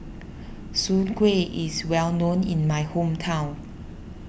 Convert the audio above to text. Soon Kuih is well known in my hometown